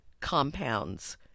compounds